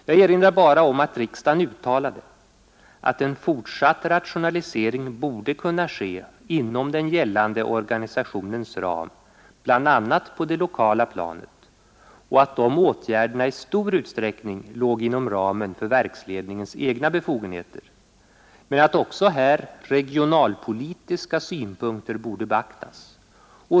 Jag erinrar bara om att riksdagen uttalade att en fortsatt ratonalisering borde kunna ske inom den gällande organisationens ram, bl.a. på det lokala planet, och att dessa åtgärder i stor utsträckning låg inom ramen för verksledningens egna befogenheter, men att också här regionalpolitiska synpunkter borde beaktas.